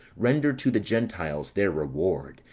render to the gentiles their reward,